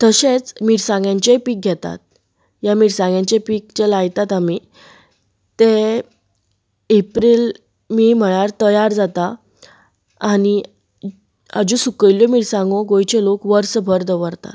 तशेंच मिरसांगाचें पीक घेतात ह्या मिरसांगाचें पीक जें लायता आमी ते एप्रिल मे म्हणल्यार तयार जाता आनी हाज्यो सुकयिल्लो मिरसांगो गोंयचे लोक वर्सभर दवरतात